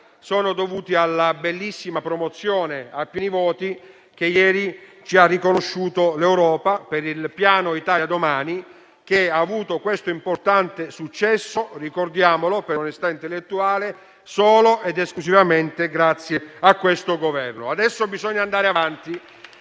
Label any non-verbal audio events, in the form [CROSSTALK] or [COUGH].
sono dovuti alla bellissima promozione a pieni voti che ieri ci ha riconosciuto l'Europa per il Piano Italia domani, che ha avuto un importante successo - ricordiamolo per onestà intellettuale - solo ed esclusivamente grazie a questo Governo. [APPLAUSE] Adesso bisogna andare avanti